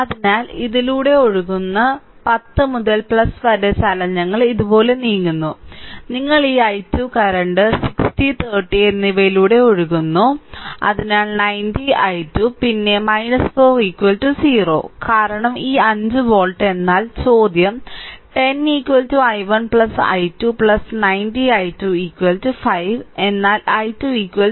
അതിനാൽ ഇതിലൂടെ ഒഴുകുന്നു 10 മുതൽ വരെ ചലനങ്ങൾ ഇതുപോലെ നീങ്ങുന്നു നിങ്ങളുടെ ഈ i2 കറന്റ് 60 30 എന്നിവയിലൂടെ ഒഴുകുന്നു അതിനാൽ 90 i2 പിന്നെ 4 0 കാരണം ഈ 5 വോൾട്ട് എന്നാൽ ചോദ്യം 10 i1 i2 90 i2 5 എന്നാൽ i2 i1